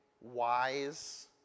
wise